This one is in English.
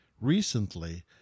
recently